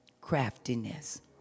craftiness